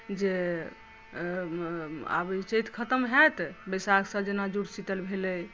जे आब चैत खत्म होयत आ बैसाखसँ जेना जुड़शीतल भेलै